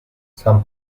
san